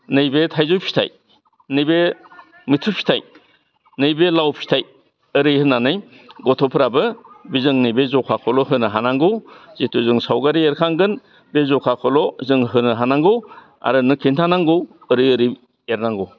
नैबे थाइजौ फिथाइ नैबे मैथ्रु फिथाइ नैबे लाव फिथाइ ओरै होन्नानै गथ'फोराबो जोंनि बे जखाखौल' होनो हानांगौ जिहेथु जों सावगारि एरखांगोन बे जखाखौल' जों होनो हानांगौ आरो नों खिन्थानांगौ ओरै ओरै एरनांगौ